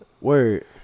Word